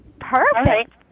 Perfect